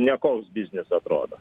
nekoks biznis atrodo